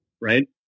right